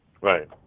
Right